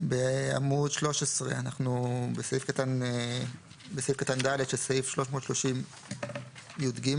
בעמוד 13, בסעיף קטן (ד) של סעיף 330יג,